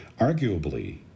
Arguably